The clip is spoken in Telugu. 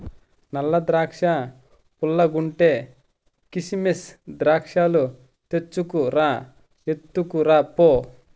నల్ల ద్రాక్షా పుల్లగుంటే, కిసిమెస్ ద్రాక్షాలు తెచ్చుకు రా, ఎత్తుకురా పో